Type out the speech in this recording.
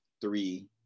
three